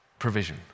provision